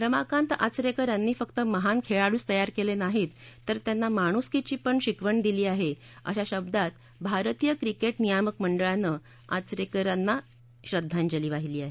रमाकांत आचरेकर यांनी फक्त महान खेळाडूच तयार केले नाहीत तर त्यांना माणुसकीची पण शिकवण दिली अशा शब्दात भारतीय क्रिकेट नियामक मंडळानं आचरेकर यांना श्रद्धांजली वाहिली आहे